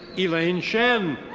elaine shen.